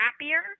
happier